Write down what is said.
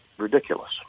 ridiculous